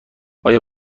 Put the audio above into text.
آیا